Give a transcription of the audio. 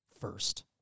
first